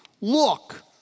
look